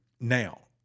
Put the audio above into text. now